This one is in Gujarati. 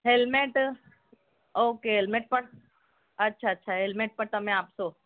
હેલમેટ ઓકે હેલમેટ પણ અચ્છા અચ્છા હેલમેટ પણ તમે આપશો